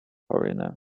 foreigner